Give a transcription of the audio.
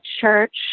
church